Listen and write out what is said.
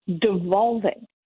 devolving